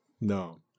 No